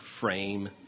frame